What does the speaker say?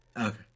Okay